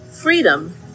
Freedom